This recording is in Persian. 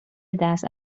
دست